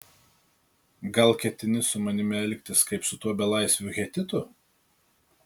gal ketini su manimi elgtis kaip su tuo belaisviu hetitu